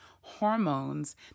hormones